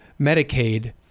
Medicaid